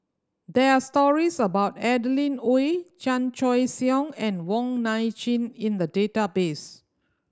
there are stories about Adeline Ooi Chan Choy Siong and Wong Nai Chin in the database